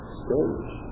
stage